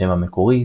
השם המקורי,